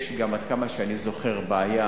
עד כמה שאני זוכר יש בעיה